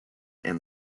and